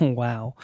wow